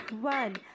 one